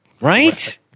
Right